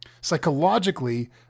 psychologically